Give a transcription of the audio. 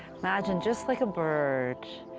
imagine just like a bird,